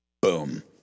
Boom